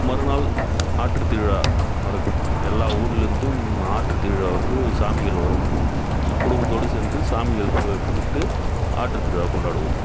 மறுநாள் ஆற்றுத் திருவிழா நடக்கும் எல்லா ஊரில் இருந்தும் ஆற்றுத் திருவிழாவுக்கு சாமிகள் வரும் குடும்பத்தோடு சென்று சாமிகள் கும்பிட்டு ஆற்றுத் திருவிழா கொண்டாடுவோம்